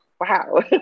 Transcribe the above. wow